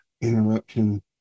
Interruption